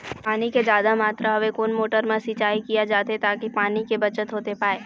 पानी के जादा मात्रा हवे कोन मोटर मा सिचाई किया जाथे ताकि पानी के बचत होथे पाए?